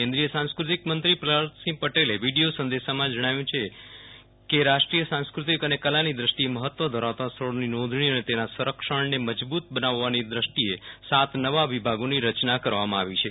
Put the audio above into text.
કેન્દ્રીય સાંસ્કૃતિક મંત્રી પ્રહલાદસિંહ પટેલે વીડિયો સંદેશામાં જણાવ્યું છેકે રાષ્ટ્રીય સાંસ્કૃતિક અને કલાનીદૃષ્ટિએ મહત્વ ધરાવતા સ્થળોની નોંધણી અને તેના સંરક્ષણને મજબુત બનાવવાની દૃષ્ટિએસાત નવા વિભાગોની રચના કરવામાં આવી છે